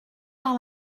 par